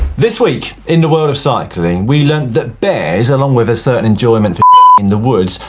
this week in the world of cycling we learnt that bears, along with a certain enjoyment of in the woods,